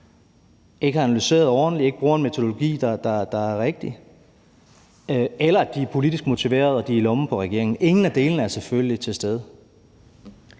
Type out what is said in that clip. ikke analyseret det ordentligt, bruger ikke en metodologi, der er rigtig, eller også er de politisk motiverede og er i lommen på regeringen. Ingen af delene er selvfølgelig rigtigt.